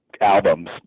albums